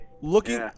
Looking